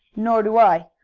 nor do i.